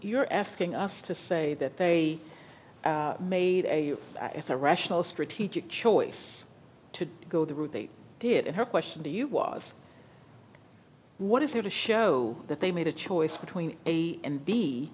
you're asking us to say that they made a it's a rational strategic choice to go the route they did her question to you was what is there to show that they made a choice between a and b